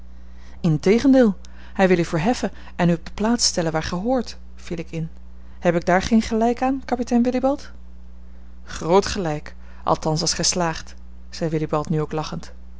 integendeel hij wil u verheffen en u op de plaats stellen waar gij hoort viel ik in heb ik daar geen gelijk aan kapitein willibald groot gelijk althans als gij slaagt zei willibald nu ook lachend